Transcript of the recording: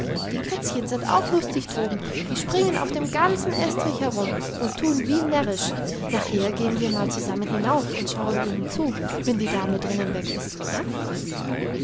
die kätzchen sind auch lustig droben die springen auf dem ganzen estrich herum und tun wie närrisch nachher gehen wir mal zusammen hinauf und schauen ihnen zu wenn die dame drinnen weg ist ja